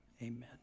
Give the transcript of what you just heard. amen